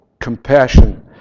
Compassion